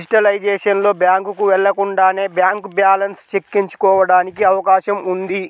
digitalisation లో, బ్యాంకుకు వెళ్లకుండానే బ్యాంక్ బ్యాలెన్స్ చెక్ ఎంచుకోవడానికి అవకాశం ఉంది